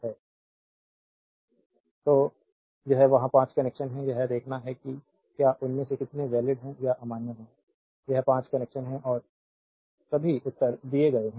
slide time देखें 3408 तो यह वहां 5 कनेक्शन हैं यह देखना है कि क्या उनमें से कितने वैलिड हैं या अमान्य हैं यह 5 कनेक्शन हैं और सभी उत्तर दिए गए हैं